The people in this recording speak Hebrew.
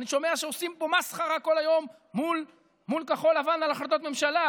אני שומע שעושים פה מסחרה כל היום מול כחול לבן על החלטות ממשלה,